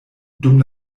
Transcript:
dum